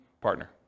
partner